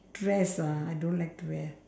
dress ah I don't like to wear